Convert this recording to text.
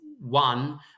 One